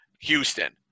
Houston